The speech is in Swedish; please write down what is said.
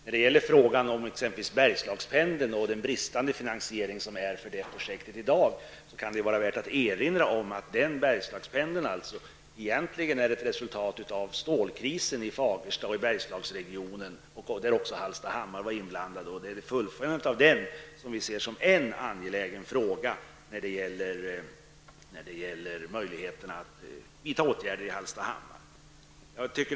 När det gäller t.ex. Bergslagspendeln och den bristande finansiering som i dag finns för det projektet, kan det vara värt att erinra om att Bergslagspendeln egentligen är ett resultat av stålkrisen i Fagersta och Bergslagsregionen där även Hallstahammar var inblandat. Vi ser fullföljandet av Bergslagspendeln som en angelägen fråga när det gäller möjligheterna att vidta åtgärder i Hallstahammar.